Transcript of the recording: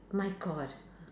my god